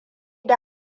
da